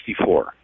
1964